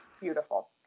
beautiful